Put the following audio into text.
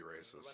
racist